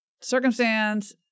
circumstance